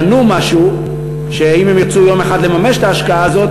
אם הם קנו משהו ואם הם ירצו יום אחד לממש את ההשקעה הזאת,